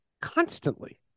constantly